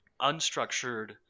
unstructured